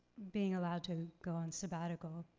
being allowed to go on sabbatical,